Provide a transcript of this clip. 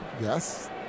Yes